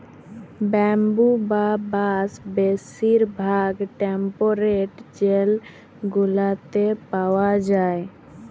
bamboo বা বাঁশ বেশির ভাগ টেম্পরেট জোল গুলাতে পাউয়া যায়